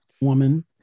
woman